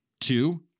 Two